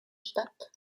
statt